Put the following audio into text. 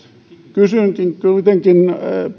kysyn kuitenkin